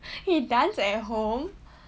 he dance at home